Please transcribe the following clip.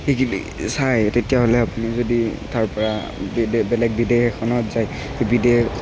কিবাকিবি চাই তেতিয়াহ'লে আপুনি যদি তাৰপৰা বিদেশ বেলেগ বিদেশ এখনত যায় বিদেশ